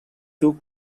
took